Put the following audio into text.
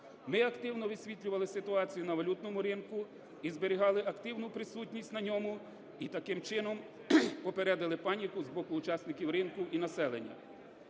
Ми активно висвітлювали ситуацію на валютному ринку і зберігали активну присутність на ньому, і таким чином попередили паніку з боку учасників ринку і населення.